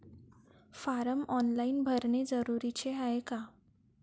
Form online भरने जरुरीचे हाय का?